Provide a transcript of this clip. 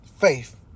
faith